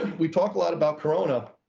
we talked a lot about corona,